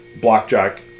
Blackjack